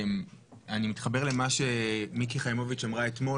אני מתחבר למה שמיקי חיימוביץ אמרה אתמול